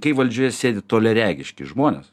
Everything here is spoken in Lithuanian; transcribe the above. kai valdžioje sėdi toliaregiški žmonės